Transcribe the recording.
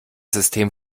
system